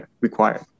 required